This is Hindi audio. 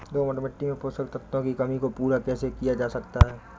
दोमट मिट्टी में पोषक तत्वों की कमी को पूरा कैसे किया जा सकता है?